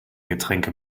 getränke